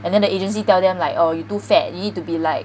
and then the agency tell them like oh you too fat you need to be like